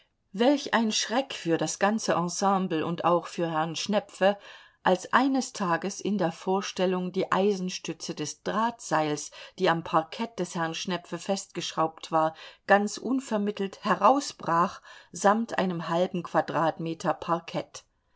welch ein schreck für das ganze ensemble und auch für herrn schnepfe als eines tags in der vorstellung die eisenstütze des drahtseils die am parkett des herrn schnepfe festgeschraubt war ganz unvermittelt herausbrach samt einem halben quadratmeter parkett